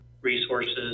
resources